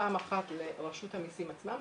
פעם אחת לרשות המסים עצמה,